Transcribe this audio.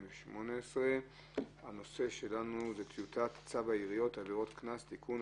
13.11.2018. הנושא שלנו הוא טיוטת צו העיריות (עבירות קנס) (תיקון),